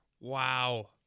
Wow